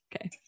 Okay